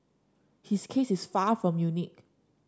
his case is far from unique